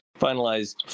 finalized